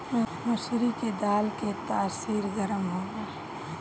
मसूरी के दाल के तासीर गरम होला